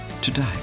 today